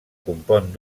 compon